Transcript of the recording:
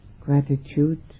gratitude